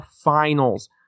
Finals